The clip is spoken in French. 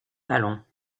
allons